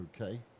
okay